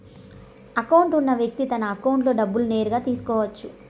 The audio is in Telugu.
అకౌంట్ ఉన్న వ్యక్తి తన అకౌంట్లో డబ్బులు నేరుగా తీసుకోవచ్చు